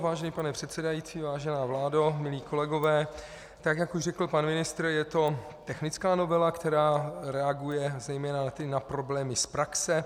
Vážený pane předsedající, vážená vládo, milí kolegové, jak už řekl pan ministr, je to technická novela, která reaguje zejména na problémy z praxe.